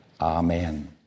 amen